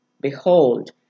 Behold